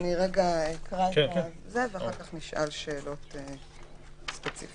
אקרא את התקנות ואחר כך נשאל שאלות ספציפיות.